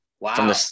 wow